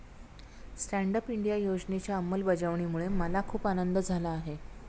stand up India योजनेच्या अंमलबजावणीमुळे मला खूप आनंद झाला आहे